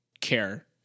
care